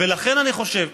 ולכן אני חושב,